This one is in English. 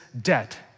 debt